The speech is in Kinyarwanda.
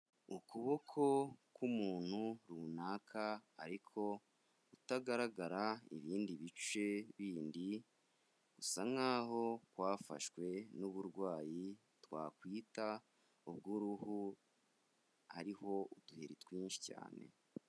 Ukuboko k'umuntu runaka ariko utagaragara ibindi bice bindi, gusa naho kwafashwe n'uburwayi twakwita ubw'uruhu hariho uduheri twinshi cyane.